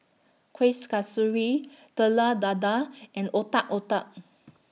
Kueh Kasturi Telur Dadah and Otak Otak